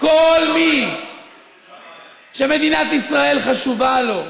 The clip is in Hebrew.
כל מי שמדינת ישראל חשובה לו,